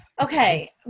Okay